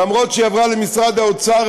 למרות שעברה למשרד האוצר,